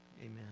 Amen